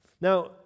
Now